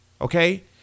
Okay